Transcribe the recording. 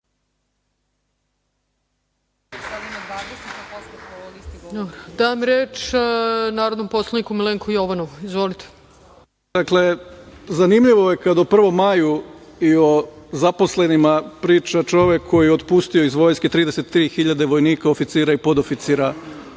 Dakle, zanimljivo je kada o 1. maju i o zaposlenima priča čovek koji je otpustio iz vojske 33.000 vojnika, oficira i podoficira.